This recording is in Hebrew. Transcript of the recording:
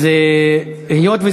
אז היום,